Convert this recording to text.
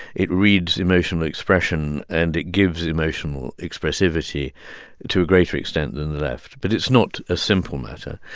it reads emotional expression, and it gives emotional expressivity to a greater extent than the left. but it's not a simple matter.